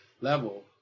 level